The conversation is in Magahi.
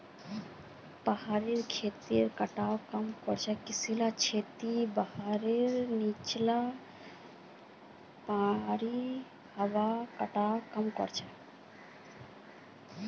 पहाड़ी खेती से कटाव कम ह छ किसेकी छतें पहाड़ीर नीचला पानीर बहवार दरक कम कर छे